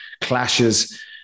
clashes